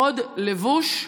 קוד לבוש,